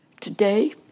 Today